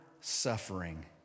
suffering